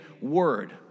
word